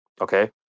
okay